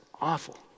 awful